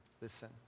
Listen